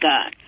God